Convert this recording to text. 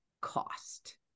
cost